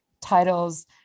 titles